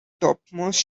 topmost